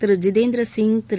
Thiru Jitendra Singh Thiru